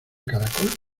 caracol